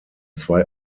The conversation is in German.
zwei